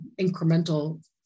incremental